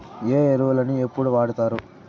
ఏ ఎరువులని ఎప్పుడు వాడుతారు?